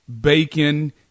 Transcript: bacon